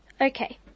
Okay